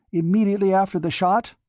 immediately after the shot?